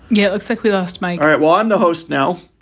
yeah. look, think we lost my. all right. well, i'm the host now.